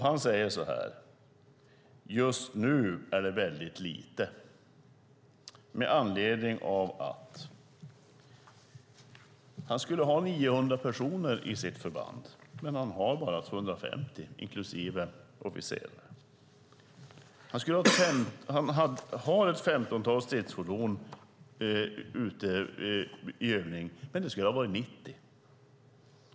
Han sade: Just nu är det väldigt lite. Detta sade han med anledning av att han ska ha 900 personer i sitt förband, men han har bara 250, inklusive officerare. Han har ett femtontal stridsfordon ute i övning, men det skulle ha varit 90.